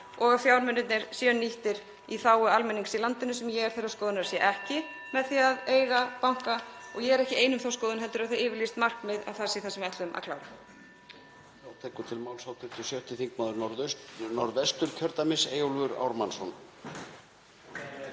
og að fjármunirnir séu nýttir í þágu almennings í landinu, sem ég er þeirrar skoðanir að sé ekki með því að eiga banka. (Forseti hringir.) Og ég er ekki ein um þá skoðun heldur er það yfirlýst markmið að það sé það sem við ætlum að klára.